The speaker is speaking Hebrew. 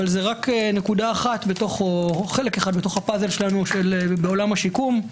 זה רק חלק אחד מתוך הפאזל בעולם השיקום.